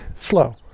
slow